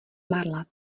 marla